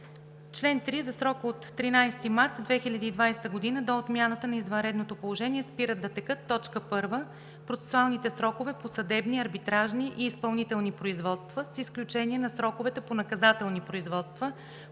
„Чл. 3. За срока от 13 март 2020 г. до отмяната на извънредното положение спират да текат: 1. процесуалните срокове по съдебни, арбитражни и изпълнителни производства, с изключение на сроковете по наказателни производства…“